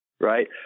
right